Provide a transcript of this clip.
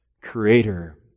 Creator